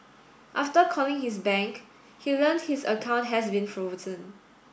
after calling his bank he learnt his account had been frozen